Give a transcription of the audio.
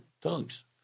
tongues